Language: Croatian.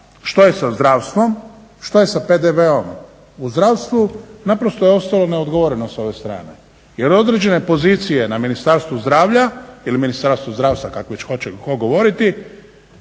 što je sa zdravstvom, što je sa PDV-om u zdravstvu naprosto je ostalo neodgovoreno s ove strane. Jer određene pozicije na Ministarstvu zdravlja ili Ministarstvu zdravstva kak već hoće tko govoriti